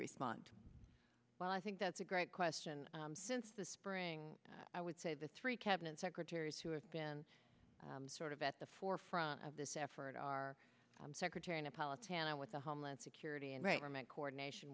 respond well i think that's a great question since the spring i would say the three cabinet secretaries who have been sort of at the forefront of this effort are secretary and a politician with the homeland security and right arm and coordination